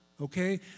okay